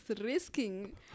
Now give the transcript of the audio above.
risking